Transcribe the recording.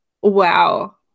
wow